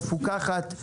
מפוקחת,